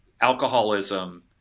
alcoholism